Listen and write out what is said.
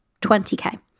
20k